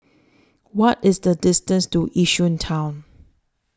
What IS The distance to Yishun Town